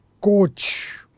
coach